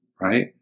right